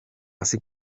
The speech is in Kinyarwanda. hasi